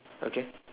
okay